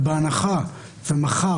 ובהנחה שמחר,